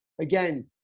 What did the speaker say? again